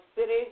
City